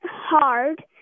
hard